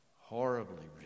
horribly